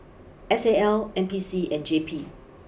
S A L N P C and J P